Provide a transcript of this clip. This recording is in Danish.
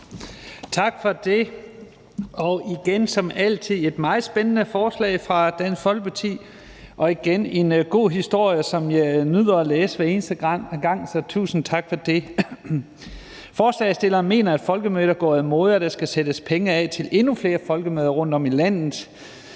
Tak for det, og det er igen, som altid, et meget spændende forslag fra Dansk Folkeparti og igen en god historie, som jeg nyder at læse hver eneste gang. Så tusind tak for det. Forslagsstillerne mener, at folkemødet er gået af mode, at der skal sættes penge af til endnu flere folkemøder rundtom i landet,